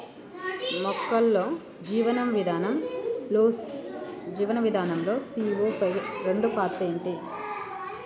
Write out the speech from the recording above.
మొక్కల్లో జీవనం విధానం లో సీ.ఓ రెండు పాత్ర ఏంటి?